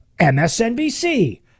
msnbc